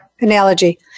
analogy